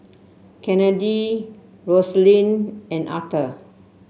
Kennedi Rosalind and Arther